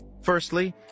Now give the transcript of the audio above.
Firstly